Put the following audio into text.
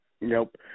Nope